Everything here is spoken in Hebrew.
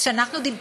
כשאנחנו דיברנו,